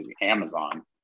Amazon